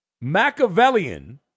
machiavellian